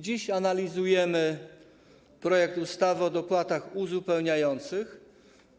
Dziś analizujemy projekt ustawy o dopłatach uzupełniających,